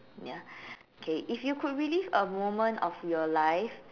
ya okay if you could relive a moment of your life